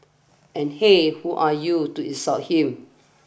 and hey who are you to insult him